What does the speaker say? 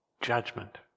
Judgment